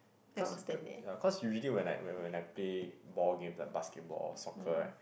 cause cause yeah cause usually when I when when I play ball game like basketball or soccer right